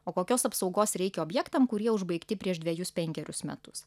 o kokios apsaugos reikia objektam kurie užbaigti prieš dvejus penkerius metus